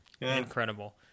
Incredible